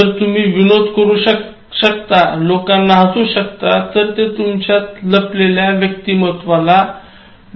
जर तुम्ही विनोद करू शकता लोकांना हसवू शकता तर ते तुमच्यातल्या लपलेल्या व्यक्तिमत्वाला लोक खूप आनंदाने पाहतात